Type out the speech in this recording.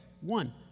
one